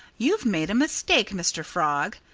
you've made a mistake, mr. frog.